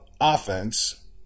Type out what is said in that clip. offense